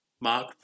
Mark